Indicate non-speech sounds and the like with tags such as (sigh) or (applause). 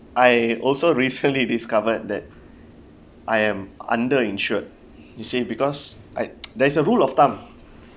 I also recently discovered that I am under insured you see because I (noise) there is a rule of thumb